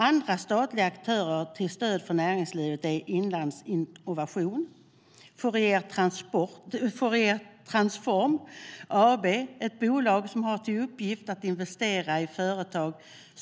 Andra statliga aktörer till stöd för näringslivet är Inlandsinnovation och Fouriertransform AB som har till uppgift att investera i företag.